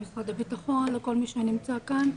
למשרד הבטחון וכל מי שנמצא כאן,